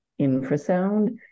infrasound